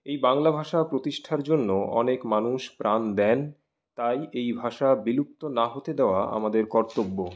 এই বাংলা ভাষা প্রতিষ্ঠার জন্য অনেক মানুষ প্রাণ দেন তাই এই ভাষা বিলুপ্ত না হতে দেওয়া আমাদের কর্তব্য